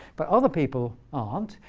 but other people aren't.